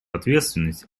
ответственность